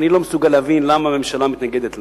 אני לא מסוגל להבין למה הממשלה מתנגדת לה.